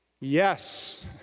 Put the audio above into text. Yes